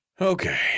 Okay